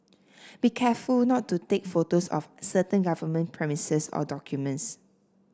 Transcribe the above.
be careful not to take photos of certain government premises or documents